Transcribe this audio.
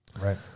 Right